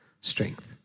strength